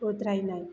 उद्रायनाय